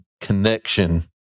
connection